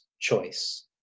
choice